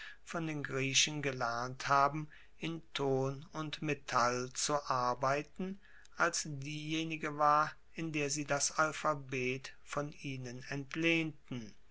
von den griechen gelernt haben in ton und metall zu arbeiten als diejenige war in der sie das alphabet von ihnen entlehnten